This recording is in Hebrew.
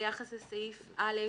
ביחס לסעיף (א)